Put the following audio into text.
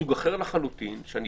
מסוג אחר לחלוטין, שאני